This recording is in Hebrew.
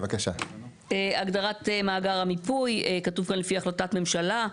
הגדרת מאגר המיפוי, כתוב כאן לפי החלטת ממשלה.